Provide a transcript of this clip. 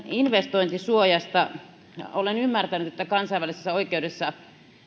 investointisuojasta olen ymmärtänyt että kansainvälisessä oikeudessa